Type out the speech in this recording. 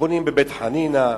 בונים בבית-חנינא,